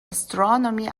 astronomy